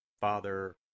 Father